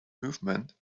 movement